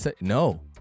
No